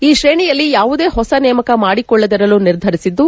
ಈ ಶ್ರೇಣಿಯಲ್ಲಿ ಯಾವುದೇ ಹೊಸ ನೇಮಕ ಮಾಡಿಕೊಳ್ಳದಿರಲು ನಿರ್ಧರಿಸಿದ್ದು